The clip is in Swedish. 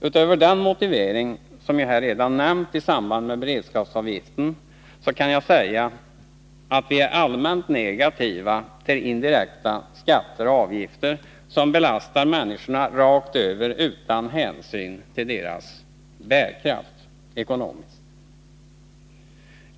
Utöver den motivering som jag här redan nämnt i samband med beredskapsavgiften kan jag säga att vi är allmänt negativa till indirekta skatter och avgifter som belastar människorna helt utan hänsyn till deras ekonomiska bärkraft.